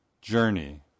journey